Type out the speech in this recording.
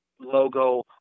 logo